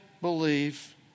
believe